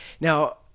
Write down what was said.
now